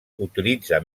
utilitza